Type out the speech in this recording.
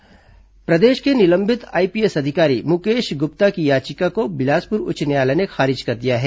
IPS याचिका प्रदेश के निलंबित आईपीएस अधिकारी मुकेश गुप्ता की याचिका को बिलासपुर उच्च न्यायालय ने खारिज कर दिया है